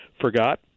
forgot